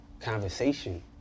conversation